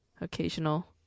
occasional